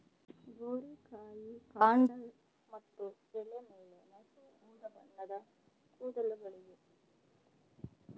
ಗೋರಿಕಾಯಿ ಕಾಂಡ ಮತ್ತು ಎಲೆ ಮೇಲೆ ನಸು ಉದಾಬಣ್ಣದ ಕೂದಲಿವೆ ಗಿಡವನ್ನು ಮುಟ್ಟಿದರೆ ನವೆ ಉಂಟಾಗುವುದಕ್ಕೆ ಕಾರಣ ಈ ಕೂದಲುಗಳು